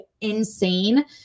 insane